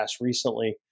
recently